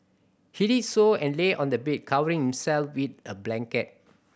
he did so and lay on the bed covering himself with a blanket